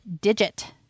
Digit